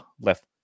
left